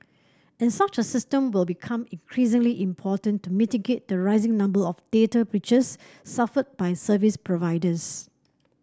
and such a system will become increasingly important to mitigate the rising number of data breaches suffered by service providers